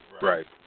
Right